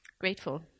grateful